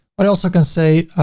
but i also can say,